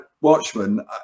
Watchmen